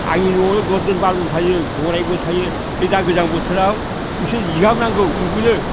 आंनि न'आवनो दसजोन बार'जोन थायो गराइबो थायो बे दा गोजां बोथोराव बिसोर जिगाब नांगौ उन्दुनो